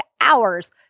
hours